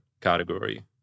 category